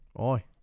Oi